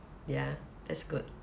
ya that's good